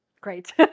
Great